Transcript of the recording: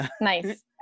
Nice